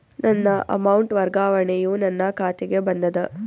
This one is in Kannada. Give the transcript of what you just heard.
ನನ್ನ ಅಮೌಂಟ್ ವರ್ಗಾವಣೆಯು ನನ್ನ ಖಾತೆಗೆ ಬಂದದ